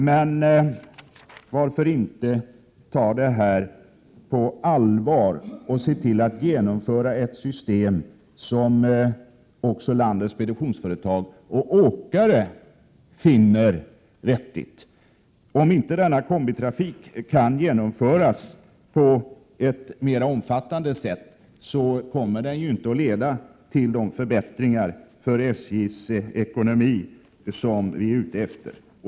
Men varför inte ta den här frågan på allvar och se till att genomföra ett system som också landets speditionsföretag och åkare finner vettigt? Om inte denna kombitrafik kan genomföras i mer omfattande grad, kommer den inte att leda till de förbättringar för SJ:s ekonomi som vi är ute efter.